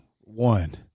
One